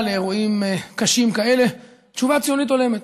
לאירועים קשים כאלה: תשובה ציונית הולמת,